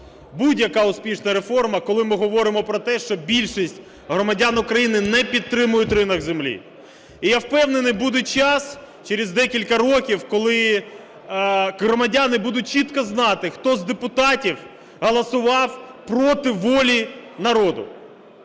будь-яка успішна реформа, коли ми говоримо про те, що більшість громадян України не підтримують ринок землі. І, я впевнений, буде час через декілька років, коли громадяни будуть чітко знати, хто з депутатів голосував проти волі народу.